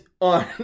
on